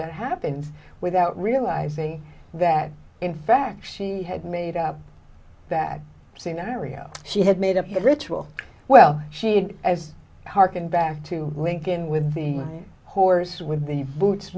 that happened without realizing that in fact she had made up that scenario she had made up the ritual well she did as hearken back to lincoln with the horse with the boots